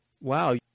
wow